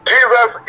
Jesus